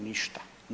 Ništa.